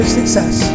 Success